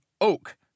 oak